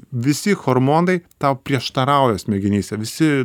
visi hormonai tau prieštarauja smegenyse visi